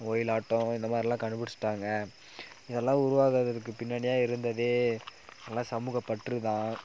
ஒயிலாட்டம் இந்த மாதிரிலாம் கண்டுபிடிச்சிட்டாங்க இதெல்லாம் உருவாகிறதுக்கு பின்னணியாக இருந்ததே எல்லாம் சமூகப்பற்று தான்